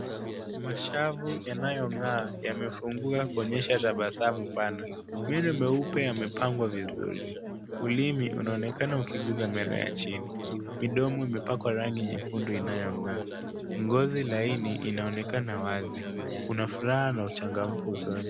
Mashavu yanayong'aa yamefungua kuonyesha tabasamu pana. Meno meupe yamepangwa vizuri. Ulimi unaonekana ukigusa meno ya chini. Midomo imepakwa rangi nyekundu inayong'aa. Ngozi laini inaonekana wazi. Kuna furaha na uchangamfu usoni.